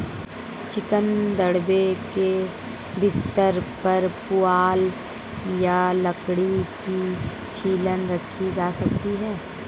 chicken दड़बे के बिस्तर पर पुआल या लकड़ी की छीलन रखी जा सकती है